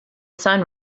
sun